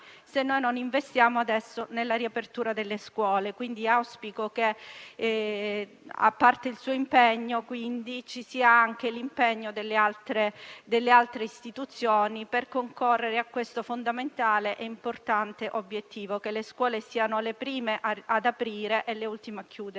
se non investiamo adesso nella riapertura delle scuole. Auspico quindi che, a parte il suo impegno, vi sia anche l'impegno delle altre istituzioni per concorrere a questo fondamentale e importante obiettivo: che le scuole siano le prime ad aprire e le ultime a chiudere.